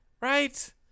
right